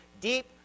deep